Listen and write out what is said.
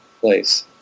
place